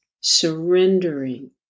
surrendering